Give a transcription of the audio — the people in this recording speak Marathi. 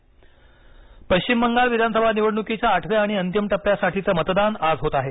पश्चिम बंगाल पश्चिम बंगाल विधानसभा निवडणुकीच्या आठव्या आणि अंतिम टप्प्यासाठीचं मतदान आज होत आहे